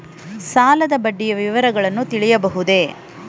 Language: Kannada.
ಸಾಲದ ಬಡ್ಡಿಯ ವಿವರಗಳನ್ನು ತಿಳಿಯಬಹುದೇ?